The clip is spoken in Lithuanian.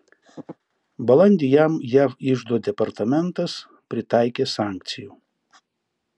balandį jam jav iždo departamentas pritaikė sankcijų